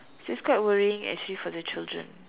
so it's quite worrying actually for the children